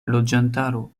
loĝantaro